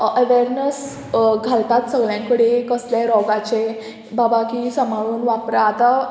awareness घालतात सगल्या कडेन कसले रोगाचें बाबा की सांबाळून वापरा आतां